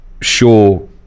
sure